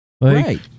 Right